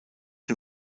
den